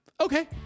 Okay